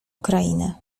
ukrainy